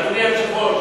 אדוני היושב-ראש.